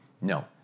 No